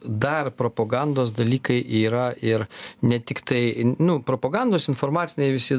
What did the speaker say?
dar propagandos dalykai yra ir ne tiktai nu propagandos informaciniai visi